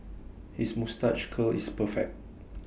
his moustache curl is perfect